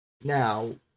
now